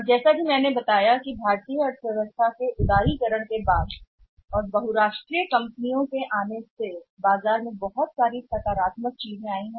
और जैसा कि मैंने आपको बताया कि भारतीय अर्थव्यवस्था के उदारीकरण के बाद और की आमद बहुराष्ट्रीय कंपनियों ने बाजार में बहुत सी सकारात्मक चीजों को लाया है